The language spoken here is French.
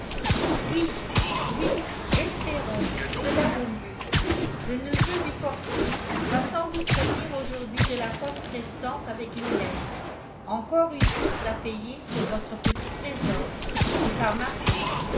oui oui espérons cela vaut mieux le neveu du portier va sans doute revenir aujourd'hui de la poste restante avec une lettre encore une course à payer sur votre petit trésor et par ma faute